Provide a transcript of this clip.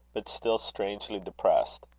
but still strangely depressed.